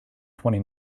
twenty